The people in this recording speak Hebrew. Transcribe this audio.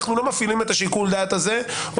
אנו לא מפעילים את שיקול הדעת הזה או